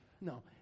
No